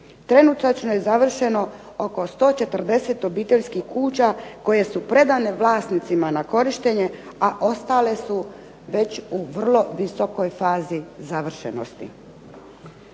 Trenutačno je završeno oko 140 obiteljskih kuća koje su predane vlasnicima na korištenje, a ostale su već u vrlo visokoj fazi završenosti.